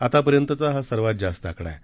आतापर्यंतचा हा सर्वात जास्त आकडा आहे